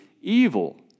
evil